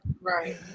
Right